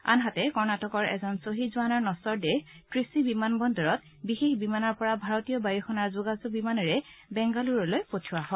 আনহাতে কণটিকৰ এজন খহীদ জোৱানৰ নখৰ দেহ ৱিশি বিমান বন্দৰত বিশেষ বিমানৰ পৰা ভাৰতীয় বায়ুসেনাৰ যোগাযোগ বিমানেৰে বেংগালুৰুলৈ পঠিওৱা হয়